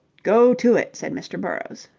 go to it, said mr. burrowes.